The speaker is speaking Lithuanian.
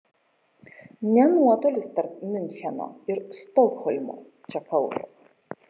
ne nuotolis tarp miuncheno ir stokholmo čia kaltas